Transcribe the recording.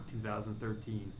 2013